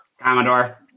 Commodore